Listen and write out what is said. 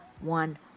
one